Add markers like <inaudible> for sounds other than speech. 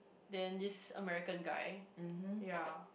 then this American guy <breath> ya